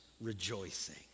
rejoicing